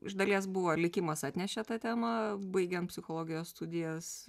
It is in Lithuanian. iš dalies buvo likimas atnešė tą temą baigėm psichologijos studijas